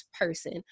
person